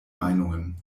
meinungen